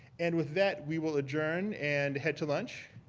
and with that we will adjourn, and head to lunch.